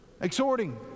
exhorting